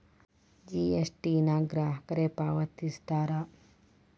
GST ನ ಗ್ರಾಹಕರೇ ಪಾವತಿಸ್ತಾರಾ